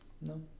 No